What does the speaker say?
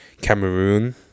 Cameroon